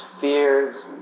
fears